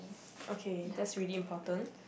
okay that's really important